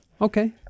Okay